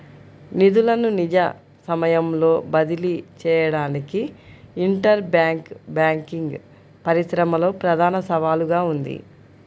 నిధులను నిజ సమయంలో బదిలీ చేయడానికి ఇంటర్ బ్యాంక్ బ్యాంకింగ్ పరిశ్రమలో ప్రధాన సవాలుగా ఉంది